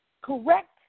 correct